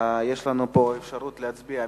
יש לנו פה אפשרות להצביע.